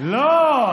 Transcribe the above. לא,